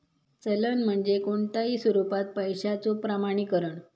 चलन म्हणजे कोणताही स्वरूपात पैशाचो प्रमाणीकरण